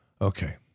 Okay